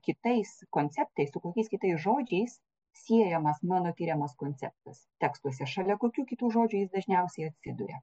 kitais konceptai su kokiais kitais žodžiais siejamas mano tiriamas konceptas tekstuose šalia kokių kitų žodžių jis dažniausiai atsiduria